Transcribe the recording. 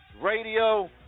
Radio